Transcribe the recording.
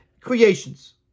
creations